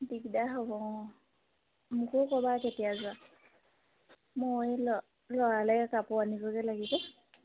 দিগদাৰ হ'ব অঁ মোকো ক'বা কেতিয়া যোৱা মই ল ল'ৰালৈ কাপোৰ আনিবগৈ লাগিব